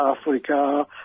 Africa